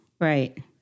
Right